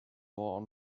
more